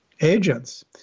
agents